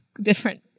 different